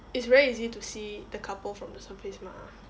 it's very easy to see the couple from the surface mah